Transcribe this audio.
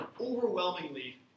overwhelmingly